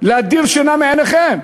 להדיר שינה מעיניכם.